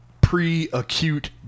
pre-acute